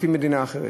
כמו מדינה אחרת,